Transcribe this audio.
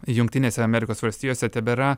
jungtinėse amerikos valstijose tebėra